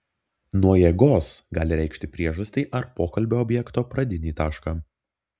nuo jėgos gali reikšti priežastį ar pokalbio objekto pradinį tašką